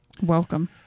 Welcome